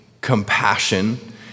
compassion